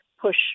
push